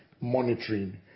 monitoring